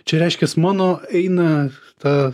čia reiškiasi mano eina ta